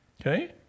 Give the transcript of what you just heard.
Okay